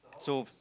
so